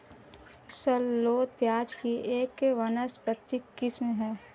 shallot प्याज़ की एक वानस्पतिक किस्म है